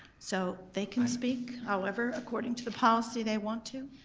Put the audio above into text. so they can speak however according to the policy they want to,